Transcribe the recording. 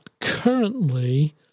currently